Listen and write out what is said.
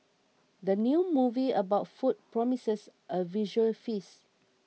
the new movie about food promises a visual feast